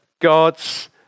God's